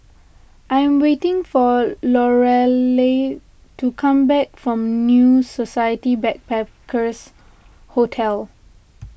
I am waiting for Lorelei to come back from New Society Backpackers' Hotel